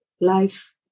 life